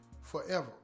forever